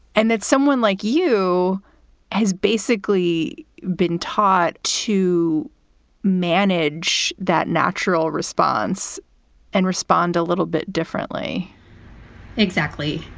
and that someone like you has basically been taught to manage that natural response and respond a little bit differently exactly.